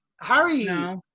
Harry